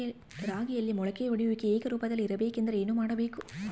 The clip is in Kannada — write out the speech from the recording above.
ರಾಗಿಯಲ್ಲಿ ಮೊಳಕೆ ಒಡೆಯುವಿಕೆ ಏಕರೂಪದಲ್ಲಿ ಇರಬೇಕೆಂದರೆ ಏನು ಮಾಡಬೇಕು?